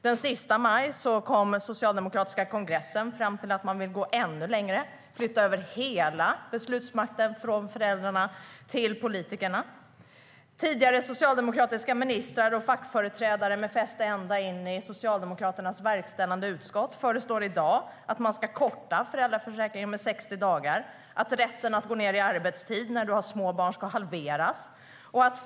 Den 31 maj kom man på den socialdemokratiska kongressen fram till att man vill gå ännu längre och flytta över hela beslutsmakten från föräldrarna till politikerna. Tidigare socialdemokratiska ministrar och fackföreträdare med fäste ända in i Socialdemokraternas verkställande utskott föreslår i dag att man ska korta föräldraförsäkringen med 60 dagar samt att rätten att gå ned i arbetstid för den som har små barn ska halveras.